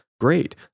great